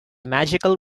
magical